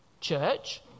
church